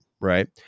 Right